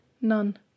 None